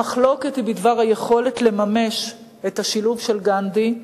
המחלוקת היא בדבר היכולת לממש את השילוב של גנדי,